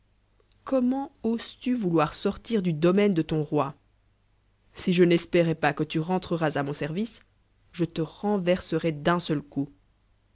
comment nses tu vouloir lorrir du domaine de ton roi si je n'espérais pas que tu réntreras à mon r ice je le renverse rois d'un seul coup